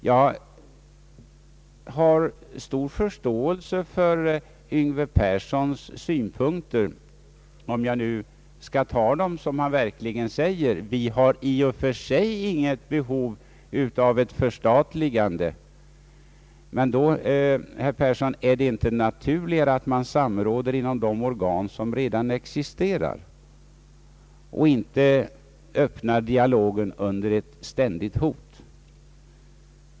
Jag delar helt herr Yngve Perssons synpunkter då han säger att vi i och för sig inte har något behov av ett förstatligande. Är det inte då, herr Yngve Persson, mer naturligt att man samråder inom de organ som redan existerar och inte öppnar dialogen under ett ständigt hot?